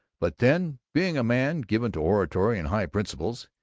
but then, being a man given to oratory and high principles,